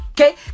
Okay